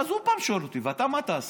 ואז הוא עוד פעם שואל אותי: ואתה, מה תעשה?